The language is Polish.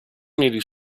mieli